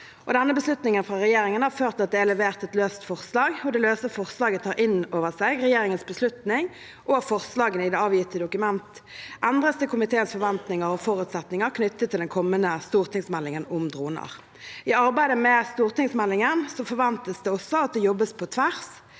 fra regjeringen har ført til at det er levert et løst forslag, og det løse forslaget tar inn over seg regjeringens beslutning. Forslagene i det avgitte dokument endres til komiteens forventninger og forutsetninger knyttet til den kommende stortingsmeldingen om droner. I arbeidet med stortingsmeldingen forventes det at det jobbes på tvers